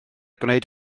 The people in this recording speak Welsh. gwneud